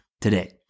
today